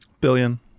Billion